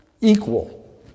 equal